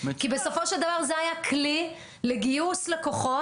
כי בסופו של דבר זה היה כלי לגיוס לקוחות,